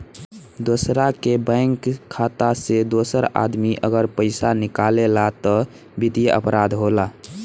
दोसरा के बैंक खाता से दोसर आदमी अगर पइसा निकालेला त वित्तीय अपराध होला